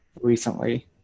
recently